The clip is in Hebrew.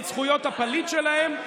את זכויות הפליט שלהם,